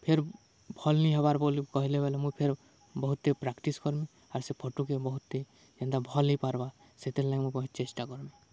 ଫେର୍ ଭଲ୍ ନିହେବାର୍ ବୋଲି କହେଲେ ବୋଏଲେ ମୁଇଁ ଫେର୍ ବହୁତ୍ଟେ ପ୍ରାକ୍ଟିସ୍ କର୍ମି ଆର୍ ସେ ଫଟୁକେ ବହୁତ୍ଟେ ଯେନ୍ତା ଭଲ୍ ହେଇ ପାର୍ବା ସେଥିର୍ ଲାଗି ମୁଇଁ ବହୁତ୍ ଚେଷ୍ଟା କର୍ମି